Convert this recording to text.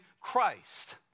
Christ